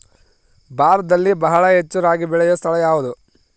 ಭಾರತದಲ್ಲಿ ಬಹಳ ಹೆಚ್ಚು ರಾಗಿ ಬೆಳೆಯೋ ಸ್ಥಳ ಯಾವುದು?